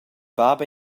bab